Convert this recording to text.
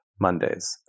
Mondays